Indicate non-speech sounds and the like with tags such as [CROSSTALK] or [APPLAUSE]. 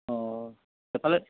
অঁ [UNINTELLIGIBLE]